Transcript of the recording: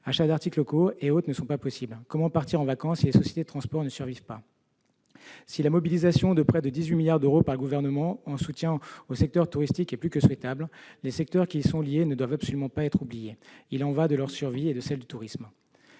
achats d'articles locaux. Comment partir en vacances si les sociétés de transport ne survivent pas ? Si la mobilisation de près de 18 milliards d'euros par le Gouvernement pour soutenir le secteur touristique est plus que souhaitable, les secteurs qui y sont liés ne doivent absolument pas être oubliés. Il y va de leur survie. L'augmentation